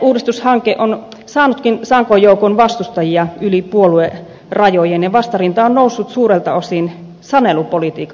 rakenneuudistushanke on saanutkin sankoin joukoin vastustajia yli puoluerajojen ja vastarinta on noussut suurelta osin sanelupolitiikan vuoksi